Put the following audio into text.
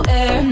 air